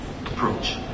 approach